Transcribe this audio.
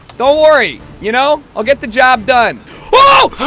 don't worry you know i'll get the job done oh!